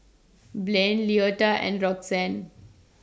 Blain Leota and Roxanne